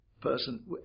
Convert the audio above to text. person